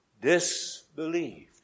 disbelieved